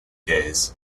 days